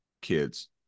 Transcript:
kids